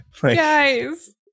Guys